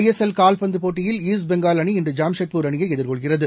ஐ S L கால்பந்துப் போட்டியில்ஈஸ்ட் Bengal அணி இன்று ஜம்ஷெட்பூர் அணியை எதிர்கொள்கிறது